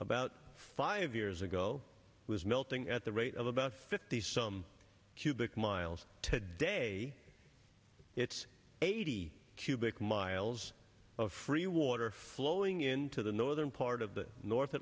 about five years ago was melting at the rate of about fifty some cubic miles today it's eighty cubic miles of free water flowing into the northern part of the north